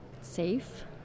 safe